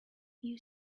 you